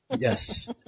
Yes